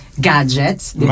gadgets